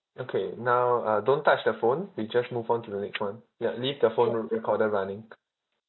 okay now uh don't touch the phone we just move on to the next [one] ya leave the phone re~ recorder running